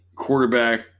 Quarterback